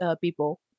people